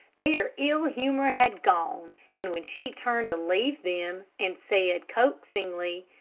their ill humor had gone, and when she turned to leave them, and said, coaxingly,